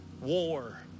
war